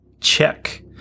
check